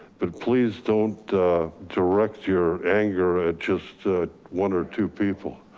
but please don't direct your anger at just one or two people.